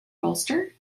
bolster